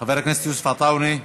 חבר הכנסת יוסף עטאונה,